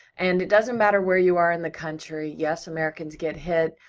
and it doesn't matter where you are in the country, yes, americans get hit,